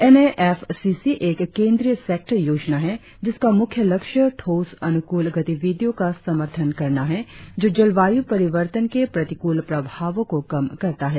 N A F C C एक केन्द्रीय sector योजना है जिसका मुख्य लक्ष्य ठोस अनुकूलन गतिविधियों का समर्थन करना है जो जलवायु परिवर्तन के प्रतिकूल प्रभावों को कम करता है